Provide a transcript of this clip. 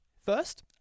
First